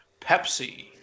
Pepsi